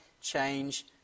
change